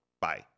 Bye